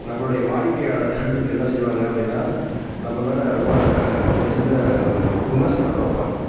நம்மளுடைய வாடிக்கையாளர்கள் என்ன செய்வாங்கள் அப்படின்னா நம்ம மேலே ரொம்ப மிகுந்த ஒரு விமர்சனத்தை வைப்பாங்க